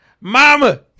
mama